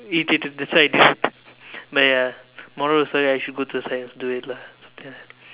irritated that's why I did it but ya moral of the story I should go to the side and do it lah